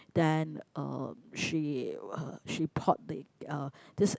then uh she she pop it uh this